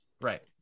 right